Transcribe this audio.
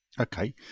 Okay